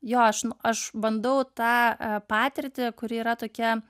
jo aš aš bandau tą patirtį kuri yra tokia